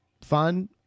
fun